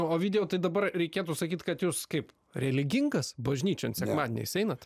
o ovidijau tai dabar reikėtų sakyt kad jūs kaip religingas bažnyčion sekmadieniais einat